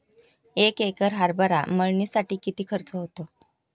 एक एकर हरभरा मळणीसाठी किती खर्च होतो?